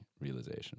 realization